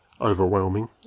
overwhelming